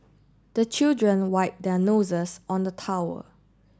the children wipe their noses on the towel